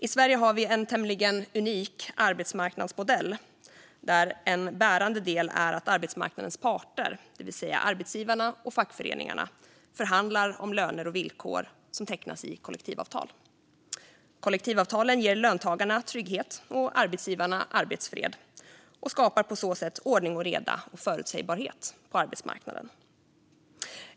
I Sverige har vi en tämligen unik arbetsmarknadsmodell, där en bärande del är att arbetsmarknadens parter - det vill säga arbetsgivarna och fackföreningarna - förhandlar om löner och villkor, som tecknas i kollektivavtal. Kollektivavtalen ger löntagarna trygghet och arbetsgivarna arbetsfred, och på så sätt skapar de ordning och reda och förutsägbarhet på arbetsmarknaden.